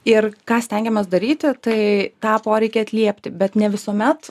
ir ką stengiamės daryti tai tą poreikį atliepti bet ne visuomet